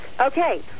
Okay